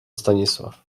stanisław